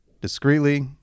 discreetly